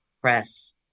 press